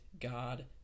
God